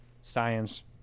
science